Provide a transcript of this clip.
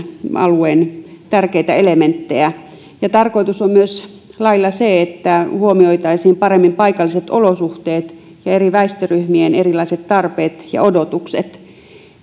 alueen tärkeitä elementtejä lailla on myös se tarkoitus että huomioitaisiin paremmin paikalliset olosuhteet ja eri väestöryhmien erilaiset tarpeet ja odotukset